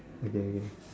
okay okay